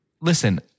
Listen